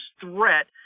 threat